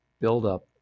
buildup